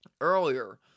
earlier